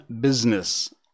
business